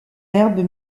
herbes